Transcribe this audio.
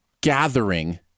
gathering